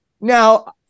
Now